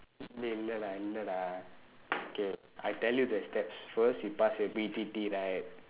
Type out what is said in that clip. dey இல்லடா இல்லடா:illadaa illadaa okay I tell you the steps first you pass your B_B_T right